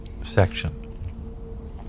section